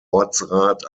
ortsrat